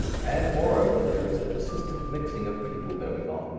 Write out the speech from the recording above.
and moreover there is a persistent mixing of peoples going on,